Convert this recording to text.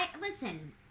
Listen